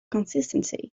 consistency